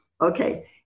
Okay